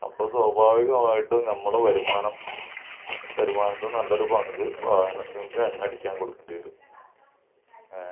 അപ്പോൾ സ്വാഭാവികമായിട്ടും നമ്മൾ വരുമാനം വരുമാനത്തിന്ന് നല്ലൊരു പങ്ക് വാഹനത്തിന് എണ്ണയടിക്കാൻ കൊടുക്കേണ്ടിവരും ഏ